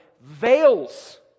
veils